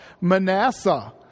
Manasseh